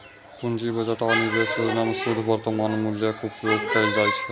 पूंजी बजट आ निवेश योजना मे शुद्ध वर्तमान मूल्यक उपयोग कैल जाइ छै